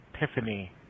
epiphany